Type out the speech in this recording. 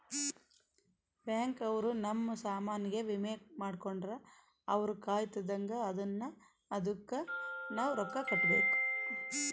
bank ಅವ್ರ ನಮ್ ಸಾಮನ್ ಗೆ ವಿಮೆ ಮಾಡ್ಕೊಂಡ್ರ ಅವ್ರ ಕಾಯ್ತ್ದಂಗ ಅದುನ್ನ ಅದುಕ್ ನವ ರೊಕ್ಕ ಕಟ್ಬೇಕು